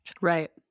Right